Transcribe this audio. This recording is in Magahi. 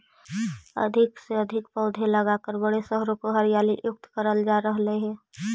अधिक से अधिक पौधे लगाकर बड़े शहरों को हरियाली युक्त करल जा रहलइ हे